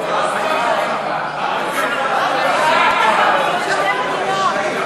איסור הפליה בפיקוח על מצרכי מזון),